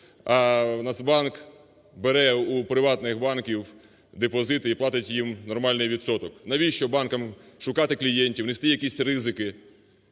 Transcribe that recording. а Нацбанк бере у приватних банків депозити і платить їм нормальний відсоток. Навіщо банкам шукати клієнтів, нести якісь ризики,